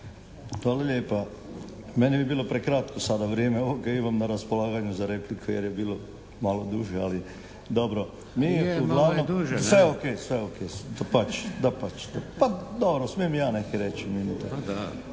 Hvala lijepa. Meni bi bilo prekratko sada vrijeme ovo kaj imam na raspolaganju za repliku jer je bilo malo duže, ali dobro. Nije uglavnom. …/Upadica se ne čuje./… Sve ok, dapače. Pa dobro, smijem i ja nekaj reći. Ja